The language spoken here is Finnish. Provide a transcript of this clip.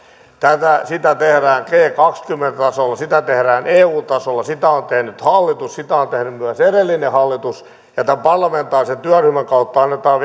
sitä tehdään g g kaksikymmentä tasolla sitä tehdään eu tasolla sitä on tehnyt hallitus sitä on tehnyt myös edellinen hallitus ja tämän parlamentaarisen työryhmän kautta annetaan